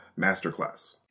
masterclass